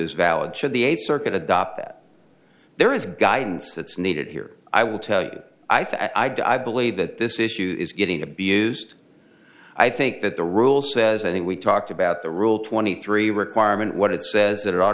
as valid should the eighth circuit adopt that there is guidance that's needed here i will tell you that i believe that this issue is getting abused i think that the rule says i think we talked about the rule twenty three requirement what it says it ought